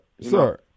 sir